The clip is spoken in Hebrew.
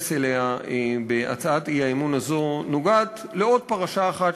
להתייחס אליה בהצעת האי-אמון הזאת נוגעת לעוד פרשה אחרת,